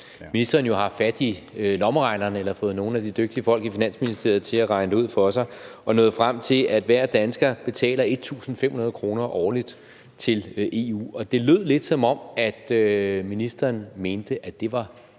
ministeren jo haft fat i lommeregneren, eller fået nogle af de dygtige folk i Finansministeriet til at regne det ud for sig, og var nået frem til, at hver dansker betaler 1.500 kr. årligt til EU. Og det lød jo lidt, som om ministeren mente, at det var